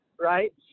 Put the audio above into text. right